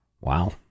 Wow